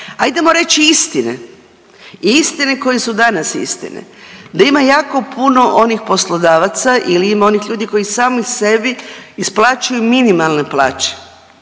Ajdemo reći istine i istine koje su danas istine da ima jako puno onih poslodavaca ili ima onih ljudi koji sami sebi isplaćuju minimalne plaće